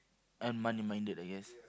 and money-minded I guess